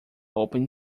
open